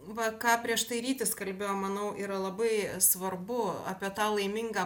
va ką prieš tai rytis kalbėjo manau yra labai svarbu apie tą laimingą